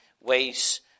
ways